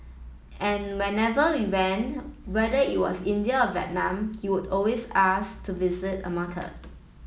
and whenever we went whether it was India or Vietnam he would always ask to visit a market